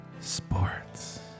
Sports